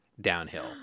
downhill